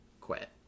quit